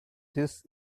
this